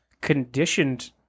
conditioned